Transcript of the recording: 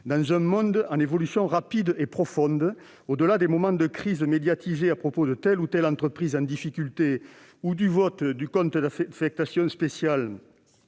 Dans un monde en évolution rapide et profonde, au-delà de la médiatisation de quelques moments de crise à propos de telle ou telle entreprise en difficulté, ou du vote du compte d'affectation spéciale